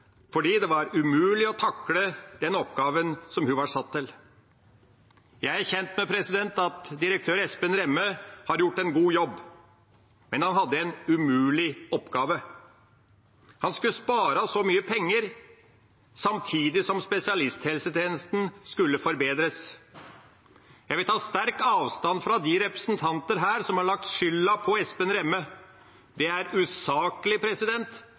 fordi det var umulig å takle oppgaven hun var satt til. Jeg er kjent med at direktør Espen Remme har gjort en god jobb, men han hadde en umulig oppgave. Han skulle spare så mye penger samtidig som spesialisthelsetjenesten skulle forbedres. Jeg vil ta sterkt avstand fra de representanter som har lagt skylda på Espen Remme. Det er usaklig,